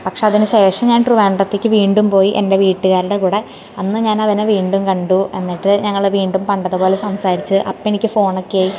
പക്ഷേ അതിനു ശേഷം ഞാൻ ട്രിവാൻഡ്രത്തേക്ക് വീണ്ടും പോയി എൻ്റെ വീട്ടുകാരുടെ കൂടെ അന്ന് ഞാൻ അവനെ വീണ്ടും കണ്ടു എന്നിട്ട് ഞങ്ങൾ വീണ്ടും പണ്ടത്തെ പോലെ സംസാരിച്ചു അപ്പമെനിക്ക് ഫോണെക്കേയി